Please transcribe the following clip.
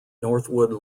northwood